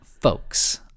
Folks